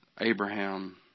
Abraham